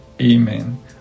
Amen